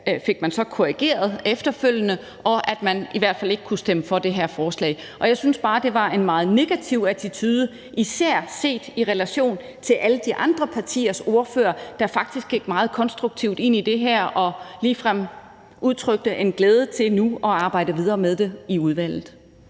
fik man så korrigeret efterfølgende – og at man i hvert fald ikke kunne stemme for det her forslag. Og jeg synes bare, det var en meget negativ attitude, især set i relation til alle de andre partiers ordførere, der faktisk gik meget konstruktivt ind i det her og ligefrem udtrykte en glæde over nu at arbejde videre med det i udvalget.